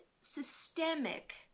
systemic